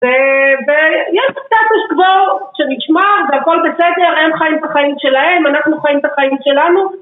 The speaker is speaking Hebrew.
ויש את הסטטוס קוו שנשמר והכל בסדר, הם חיים את החיים שלהם, אנחנו חיים את החיים שלנו.